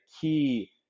key